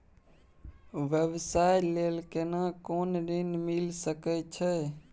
व्यवसाय ले केना कोन ऋन मिल सके छै?